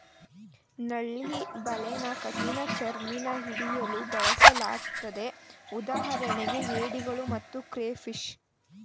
ನಳ್ಳಿ ಬಲೆನ ಕಠಿಣಚರ್ಮಿನ ಹಿಡಿಯಲು ಬಳಸಲಾಗ್ತದೆ ಉದಾಹರಣೆಗೆ ಏಡಿಗಳು ಮತ್ತು ಕ್ರೇಫಿಷ್